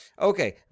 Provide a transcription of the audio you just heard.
Okay